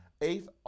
eighth